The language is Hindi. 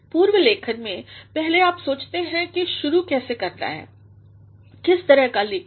पूरब लेखन में पहले आप सोचते हैं कि शुरू कैसे करना है किस तरह कालेखन